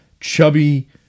chubby